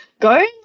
go